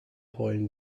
heulen